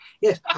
Yes